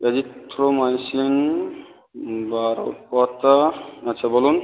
azithromycin বারো পাতা আচ্ছা বলুন